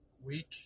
week